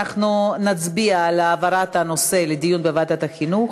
אנחנו נצביע על העברת הנושא לדיון בוועדת החינוך.